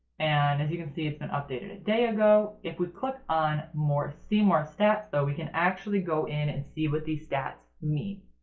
and as you can see, it's been updated a day ago. if we click on see more stats though we can actually go in and see what these stats mean.